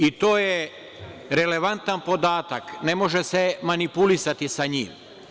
I to je relevantan podatak, ne može se manipulisati sa njim.